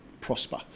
prosper